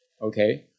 okay